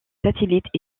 satellite